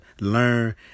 learn